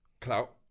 Clout